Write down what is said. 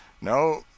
No